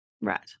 Right